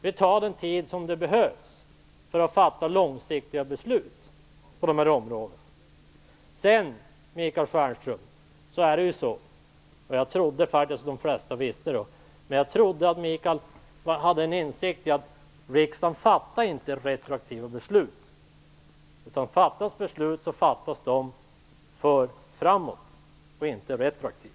Vi tar den tid som behövs för att fatta långsiktiga beslut på dessa områden. Jag trodde faktiskt att de flesta visste, och jag trodde att Michael Stjernström hade en insikt i, att riksdagen inte fattar retroaktiva beslut. De beslut som fattas gäller framåt, och inte retroaktivt.